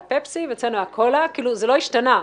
פפסי ואצלנו היה קוקה קולה זה לא השתנה.